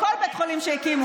כל בית חולים שהקימו,